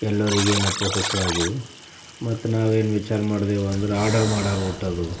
ಎಲ್ಲರಿಗೇನಪ್ಪ ಹಸಿವೆ ಆಗಿದ್ವು ಮತ್ತೆ ನಾವೇನು ವಿಚಾರ ಮಾಡಿದೆವಂದ್ರೆ ಆರ್ಡರ್ ಮಾಡಾರಿ ಊಟದ್ದು